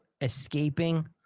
Escaping